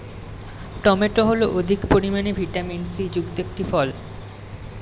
tomato হল অধিক পরিমাণে ভিটামিন সি যুক্ত একটি ফল